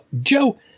Joe